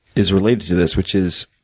is related to this, which is,